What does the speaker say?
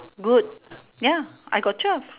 good ya I got twelve